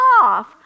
off